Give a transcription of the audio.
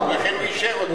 לכן הוא אישר אותם.